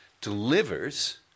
delivers